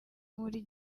muri